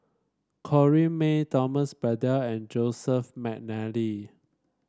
Corrinne May Thomas Braddell and Joseph McNally